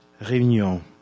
Réunion